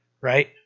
right